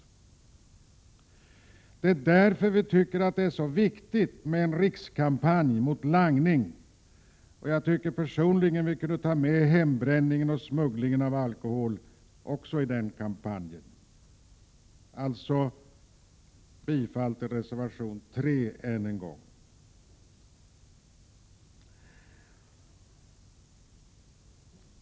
Vi tycker därför att det är så viktigt med en rikskampanj mot langning. Jag tycker personligen att vi också kunde ta med hembränningen och smugglingen av alkohol i den kampanjen. Jag yrkar bifall till reservation nr 3 än en gång.